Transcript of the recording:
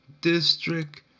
district